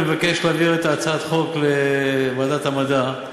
אני מבקש להעביר את הצעת החוק לוועדת המדע,